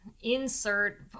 insert